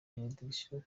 benediction